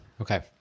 Okay